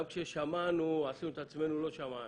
גם כששמענו, עשינו את עצמנו לא שמענו.